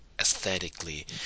aesthetically